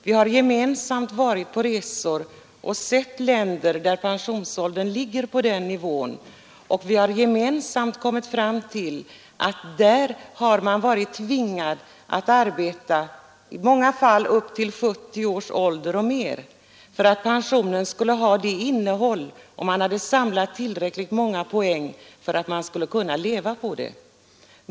Vi har gemensamt varit på resor och sett länder där pensionsåldern ligger på den nivån, och vi har gemensamt kommit fram till att man där varit tvingad att arbeta upp till i många fall 70 års ålder och mer — för att pensionen skulle ha ett sådant innehåll att man skulle kunna leva på den när man hade samlat tillräckligt många poäng.